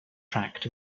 tracked